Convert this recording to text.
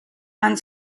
han